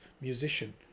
musician